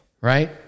right